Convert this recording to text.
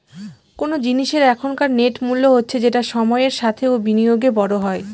কোন জিনিসের এখনকার নেট মূল্য হচ্ছে যেটা সময়ের সাথে ও বিনিয়োগে বড়ো হয়